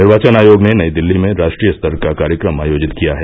निर्वाचन आयोग ने नई दिल्ली में राष्ट्रीय स्तर का कार्यक्रम आयोजित किया है